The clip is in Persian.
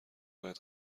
باید